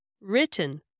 written